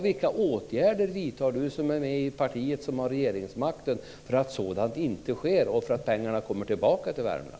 Vilka åtgärder vidtar Lisbeth Staaf-Igelström som är med i det parti som har regeringsmakten för att sådant inte ska ske och för att pengarna ska komma tillbaka till Värmland?